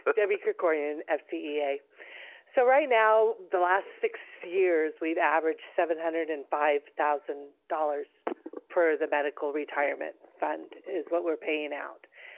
but debbie krikourian fcea. so right now the last six years we've averaged seven hundred and five thousand dollars per the medical retirement fund is what we're paying out.